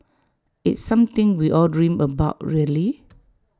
it's something we all dream about really